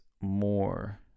more